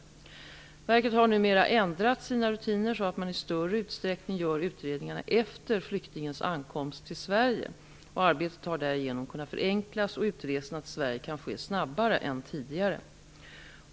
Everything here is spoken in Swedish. Verket har numera ändrat sina rutiner så att man i större utsträckning gör utredningarna efter flyktingens ankomst till Sverige. Arbetet har därigenom kunnat förenklas och utresorna till Sverige kan ske snabbare än tidigare.